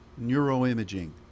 neuroimaging